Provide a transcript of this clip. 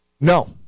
No